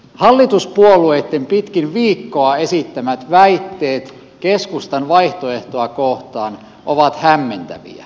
hallituspuolueitten pitkin viikkoa esittämät väitteet keskustan vaihtoehtoa kohtaan ovat hämmentäviä